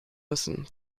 müssen